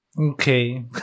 okay